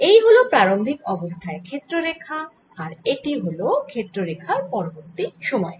এই হল প্রারম্ভিক অবস্থায় ক্ষেত্র রেখা আর এটি হল ক্ষেত্র রেখা পরবর্তি সময়ে